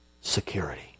security